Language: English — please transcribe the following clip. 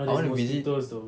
I want to visit